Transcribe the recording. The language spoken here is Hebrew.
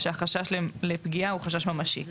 שהחשש לפגיעה הוא חשש ממשי.